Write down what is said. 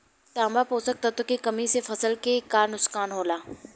तांबा पोषक तत्व के कमी से फसल के का नुकसान होला?